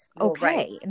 okay